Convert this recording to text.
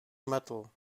metal